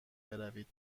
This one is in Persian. بروید